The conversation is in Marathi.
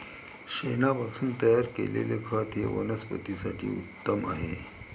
शेणापासून तयार केलेले खत हे वनस्पतीं साठी उत्तम आहे